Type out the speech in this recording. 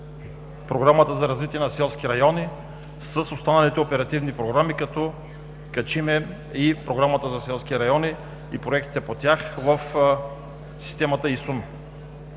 Програмата за развитие на селските райони с останалите оперативни програми, като качим и Програмата за селски райони и проектите по тях в системата ИСУН